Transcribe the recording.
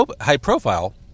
high-profile